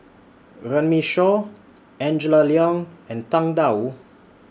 Runme Shaw Angela Liong and Tang DA Wu